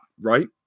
right